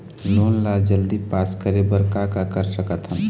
Loan ला जल्दी pass करे बर का कर सकथन?